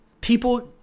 People